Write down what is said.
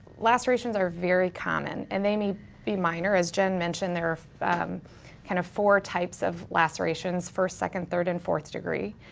lacerations are very common and they may be minor as jen mentioned there are kind of four types of lacerations. first, second, third, and fourth degree.